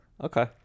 Okay